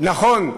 "נכון,